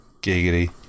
Giggity